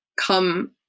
come